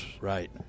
Right